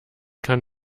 kann